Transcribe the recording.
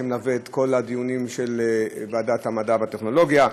שמלווה את כל הדיונים של ועדת המדע והטכנולוגיה,